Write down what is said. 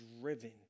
driven